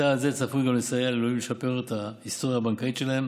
צעד זה גם צפוי לסייע ללווים לשפר את ההיסטוריה הבנקאית שלהם